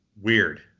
weird